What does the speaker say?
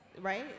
right